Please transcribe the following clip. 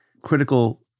critical